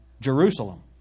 Jerusalem